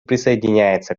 присоединяется